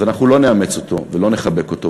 אז אנחנו לא נאמץ אותו ולא נחבק אותו,